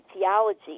theology